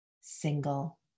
single